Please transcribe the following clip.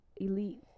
elite